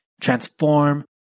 transform